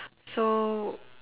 so